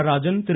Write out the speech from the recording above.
Natarajan Thiru